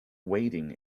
wading